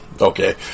okay